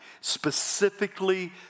Specifically